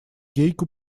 гейку